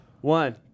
One